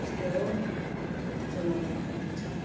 यस्तै हो अब कति चुनौती त हुन्छ